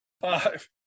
five